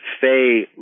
Faye